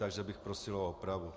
Takže bych prosil o opravu.